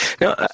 Now